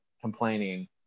complaining